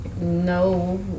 No